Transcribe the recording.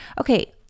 Okay